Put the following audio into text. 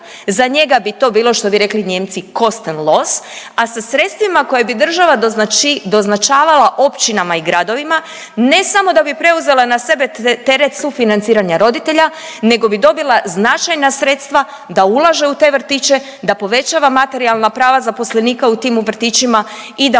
za njega bi to bilo, što bi rekli Nijemci, „kostenlos“, a sa sredstvima koja bi država doznačavala općinama i gradovima ne samo da bi preuzela na sebe teret sufinanciranja roditelja nego bi dobila značajna sredstva da ulaže u te vrtiće, da povećava materijalna prava zaposlenika u tim vrtićima i da